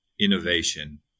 innovation